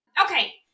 Okay